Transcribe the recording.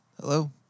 Hello